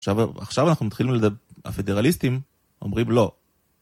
עכשיו אנחנו מתחילים לדבר, הפדרליסטים אומרים לא.